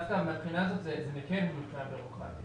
מהבחינה הזאת זה מקל על הצד הבירוקרטי.